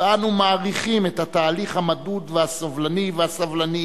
ואנו מעריכים את התהליך המדוד והסובלני והסבלני